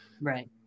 Right